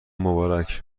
مبارک